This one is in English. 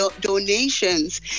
donations